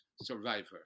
survivor